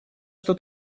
что